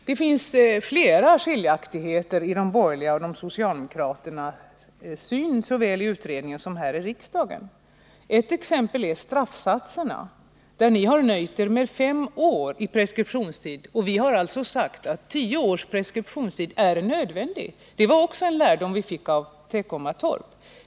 Det finns flera skiljaktigheter i de borgerligas och socialdemokraternas syn på frågorna såväl i utredningen som här i riksdagen. Ett exempel är straffsatserna, där ni har nöjt er med fem års preskriptionstid, medan vi har sagt att tio års preskriptionstid är nödvändig. Det var också en lärdom vi fick av vad som hände i Teckomatorp.